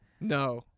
No